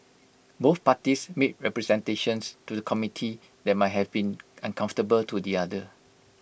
both parties made representations to the committee that might have been uncomfortable to the other